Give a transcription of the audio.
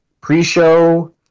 Pre-show